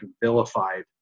vilified